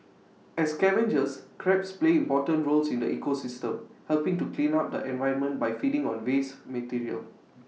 as scavengers crabs play important roles in the ecosystem helping to clean up the environment by feeding on waste material